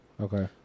Okay